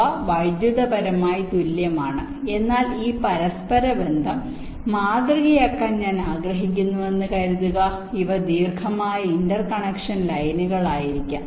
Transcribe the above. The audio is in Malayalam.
അവ വൈദ്യുതപരമായി തുല്യമാണ് എന്നാൽ ഈ പരസ്പരബന്ധം മാതൃകയാക്കാൻ ഞാൻ ആഗ്രഹിക്കുന്നുവെന്ന് കരുതുക ഇവ ദീർഘമായ ഇന്റർ കണക്ഷൻ ലൈനുകളായിരിക്കാം